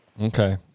okay